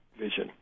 vision